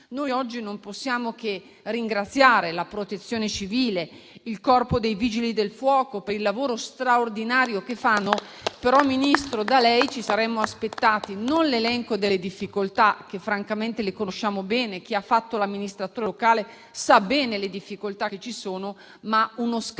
Noi oggi non possiamo che ringraziare la Protezione civile e il Corpo dei vigili del fuoco per il lavoro straordinario che fanno, ma da lei, Ministro, ci saremmo aspettati non l'elenco delle difficoltà, che francamente conosciamo bene - chi ha fatto l'amministratore locale le conosce bene - ma uno scatto